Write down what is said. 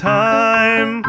time